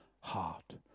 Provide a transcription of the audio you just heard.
heart